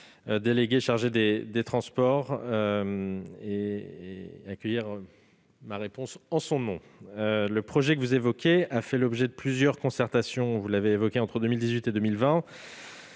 délégué chargé des transports et d'accueillir ma réponse en son nom. Le projet que vous évoquez a fait l'objet de plusieurs concertations entre 2018 et 2020.